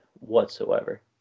whatsoever